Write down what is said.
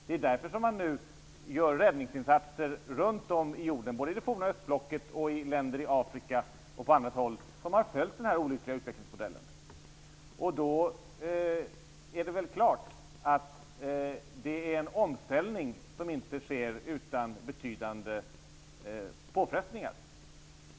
Det är därför som man nu gör räddningsinsatser runtom jorden, både i det forna östblocket, i länder i Afrika och på annat håll, som har följt den här olyckliga utvecklingsmodellen. Det är väl klart att detta är en omställning som inte sker utan betydande påfrestningar?